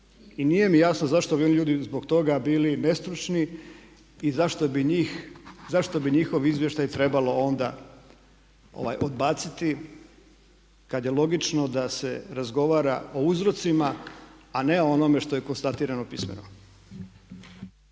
i nije mi jasno zašto ovi ljudi zbog toga bili nestručni i zašto bi njihov izvještaj trebalo onda odbaciti kad je logično da se razgovara o uzrocima a ne onome što je konstatirano pismeno.